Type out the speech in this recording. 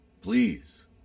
Please